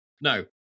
No